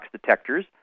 detectors